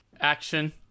action